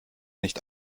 nicht